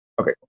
Okay